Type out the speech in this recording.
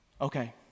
Okay